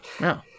No